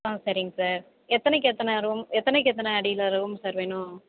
ஆ சரிங்க சார் எத்தனக்கு எத்தனை ரூம் எத்தனக்கு எத்தனை அடியில சார் ரூம் சார் வேணும்